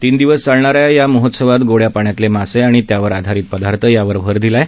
तीन दिवस चालणाऱ्या या महोत्सवात गोड़या पाण्यातले मासे आणि त्यावर आधारित पदार्थ यावर भर देण्यात आला आहे